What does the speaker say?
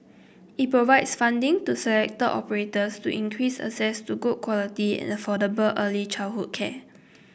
it provides funding to selected operators to increase access to good quality and affordable early childhood care